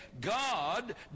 God